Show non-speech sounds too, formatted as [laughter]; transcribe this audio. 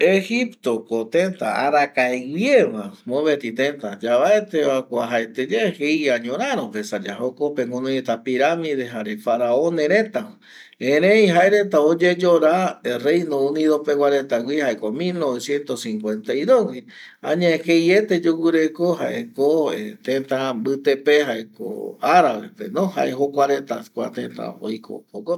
Egipto ko teta arakae guie ma mopeti teta yavaete vuajaete ye jeia ñoraro pe resa ya jokope guɨnoi reta piramide jare faraones reta, erei jae reta oyeyora reino unido pegua reta gui jaeko mil noveciento cincuentaidos gui añe jeiete yoguɨreko jaeko [hesitation] tëtä mbite pe jaeko arabe pe no jae jokua reta kua tëtä pe oiko jokope